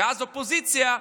האופוזיציה דאז,